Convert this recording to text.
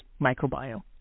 microbiome